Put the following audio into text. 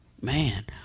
man